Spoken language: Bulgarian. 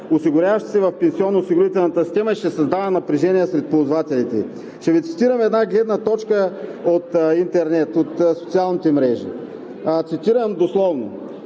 осигуряващите се в пенсионноосигурителната система и ще създава напрежение сред ползвателите. Ще Ви цитирам една гледна точка от интернет, от социалните мрежи. Цитирам дословно: